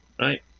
right